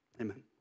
amen